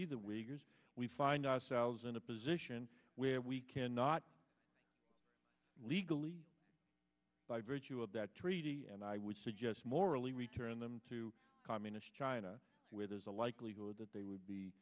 wiggers we find ourselves in a position where we cannot legally by virtue of that treaty and i would suggest morally return them to communist china where there's a likelihood that they would be